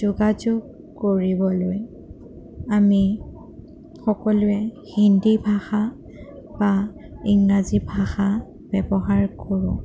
যোগাযোগ কৰিবলৈ আমি সকলোৱে হিন্দী ভাষা বা ইংৰাজী ভাষা ব্যৱহাৰ কৰোঁ